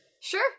Sure